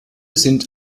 sind